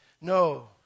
No